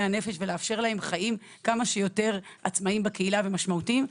הנפש ולאפשר להם חיים כמה שיותר עצמאיים בקהילה ומשמעותיים.